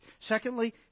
Secondly